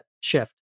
shift